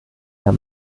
der